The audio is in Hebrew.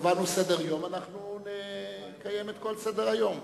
קבענו סדר-יום ונקיים את כל סדר-היום.